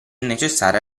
necessaria